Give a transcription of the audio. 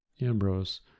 Ambrose